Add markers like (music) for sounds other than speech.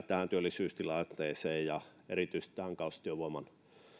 (unintelligible) tähän työllisyystilanteeseen ja erityisesti kausityövoiman